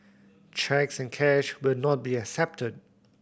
cheques and cash will not be accepted